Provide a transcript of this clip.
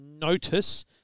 notice